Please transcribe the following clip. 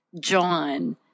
John